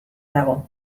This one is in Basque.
dago